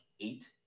eight